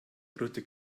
brüllte